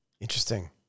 Interesting